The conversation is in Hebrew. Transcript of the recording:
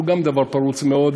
זה גם דבר פרוץ מאוד,